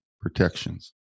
protections